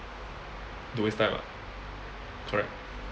don't waste time lah correct